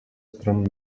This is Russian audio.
стран